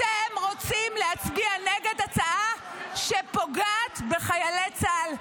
אתם רוצים להצביע נגד הצעה שפוגעת בחיילי צה"ל,